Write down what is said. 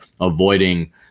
avoiding